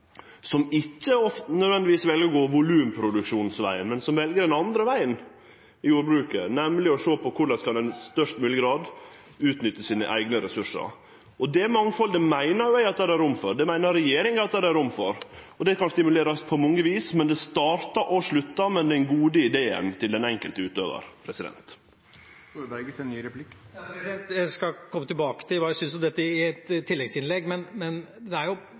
som ikkje nødvendigvis vel å gå volumproduksjonsvegen, men som vel den andre vegen i jordbruket, nemleg å sjå på korleis ein i størst mogleg grad kan utnytte sine eigne ressursar. Det mangfaldet meiner eg at det er rom for, det meiner regjeringa at det er rom for. Det kan stimulerast på mange vis, men det startar og sluttar med den gode ideen til den enkelte utøvaren. Jeg skal komme tilbake til hva jeg syns om dette, i et tilleggsinnlegg. Først og fremst skal man produsere mer mat, da er man nødt til å øke volumet, men vi er